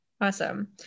Awesome